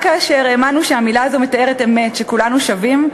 רק כאשר האמנו שהמילה הזאת מתארת אמת שכולנו שווים,